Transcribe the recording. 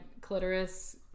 clitoris